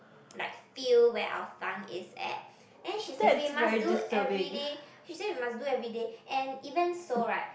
like feel where our tongue is at and she say we must do everyday she say we must do everyday and even so right